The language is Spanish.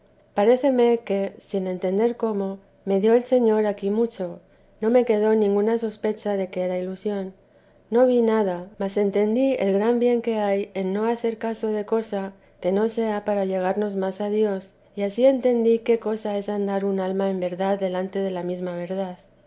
paréceme que sin entender cómo me dio el señor aquí mucho no me quedó ninguna sospecha de que era ilusión no vi nada mas entendí el gran bien que hay en no hacer caso de cosa que no sea para llegarnos más a dios y ansí entendí qué cosa es andar un alma en verdad delante de la mesma verdad